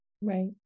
right